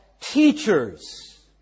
teachers